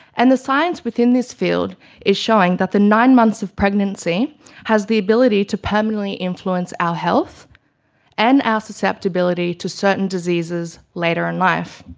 and the science within this field is showing that the nine months of pregnancy has the ability to permanently influence our health and our ah susceptibility to certain diseases later in life.